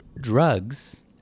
drugs